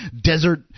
desert